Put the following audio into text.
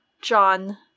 John